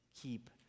Keep